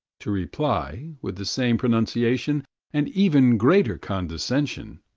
to reply, with the same pronunciation and even greater condescension